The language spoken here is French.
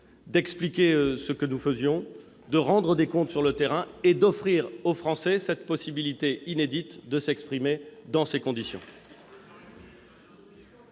expliquer ce que nous faisions, pour rendre des comptes sur le terrain et offrir aux Français la possibilité inédite de s'exprimer dans ces conditions.